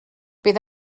bydd